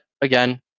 again